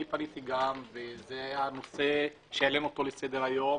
אני פניתי גם וזה היה הנושא שהעלינו פה לסדר היום